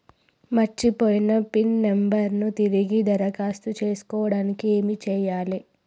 మర్చిపోయిన pin number ను తిరిగి దరఖాస్తు చేసుకోవడానికి ఏమి చేయాలే?